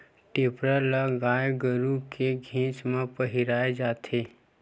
टेपरा ल गाय गरु के घेंच म पहिराय जाथे